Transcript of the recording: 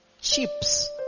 chips